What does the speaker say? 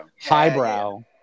Highbrow